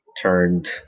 turned